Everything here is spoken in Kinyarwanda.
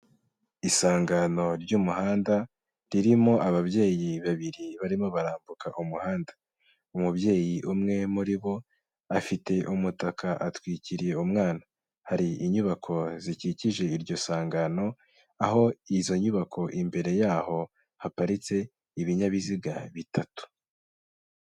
Isangano ry'umuhanda ririmo ababyeyi babiri barimo barambuka umuhanda. Umubyeyi umwe muri bo afite umutaka atwikiriye umwana. Hari inyubako zikikije iryo sangano, aho izo nyubako imbere yaho haparitse ibinyabiziga bitatu.